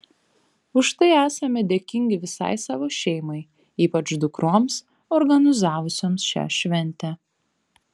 už tai esami dėkingi visai savo šeimai ypač dukroms organizavusioms šią šventę